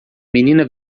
menina